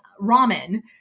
ramen